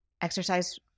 exercise